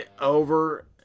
Over